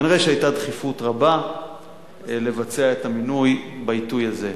כנראה היתה דחיפות רבה לבצע את המינוי בעיתוי הזה,